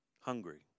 hungry